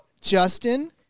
Justin